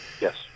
Yes